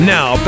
Now